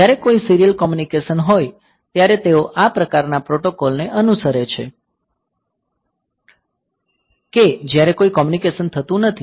જ્યારે કોઈ serial communication હોય ત્યારે તેઓ આ પ્રકારના પ્રોટોકોલ ને અનુસરે છે કે જ્યારે કોઈ કોમ્યુનિકેશન થતું નથી